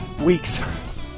weeks